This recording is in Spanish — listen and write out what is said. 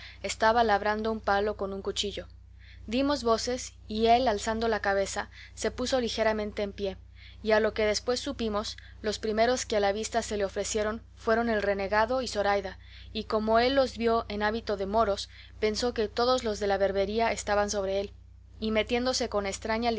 estaba labrando un palo con un cuchillo dimos voces y él alzando la cabeza se puso ligeramente en pie y a lo que después supimos los primeros que a la vista se le ofrecieron fueron el renegado y zoraida y como él los vio en hábito de moros pensó que todos los de la berbería estaban sobre él y metiéndose con estraña